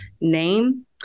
name